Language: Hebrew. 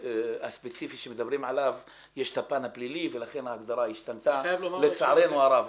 הספציפי שמדברים עליו יש את הפן הפלילי ולכן ההגדרה השתנתה לצערנו הרב.